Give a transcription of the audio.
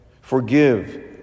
Forgive